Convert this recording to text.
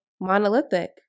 monolithic